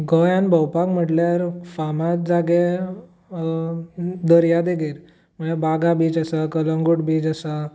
गोंयांत भोंवपाक म्हणल्यार फामाद जागे दर्यादेगेर म्हणल्यार बागा बीच आसा कलंगूट बीच आसा